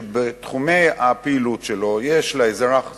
שבתחומי הפעילות שלו, כשיש לאזרח זכויות,